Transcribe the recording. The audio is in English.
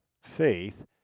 faith